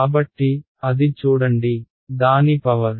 కాబట్టి అది చూడండి దాని పవర్